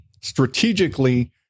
strategically